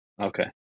Okay